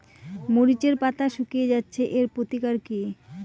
মরিচের পাতা শুকিয়ে যাচ্ছে এর প্রতিকার কি?